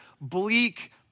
bleak